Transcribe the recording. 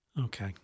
Okay